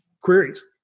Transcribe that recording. queries